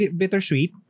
bittersweet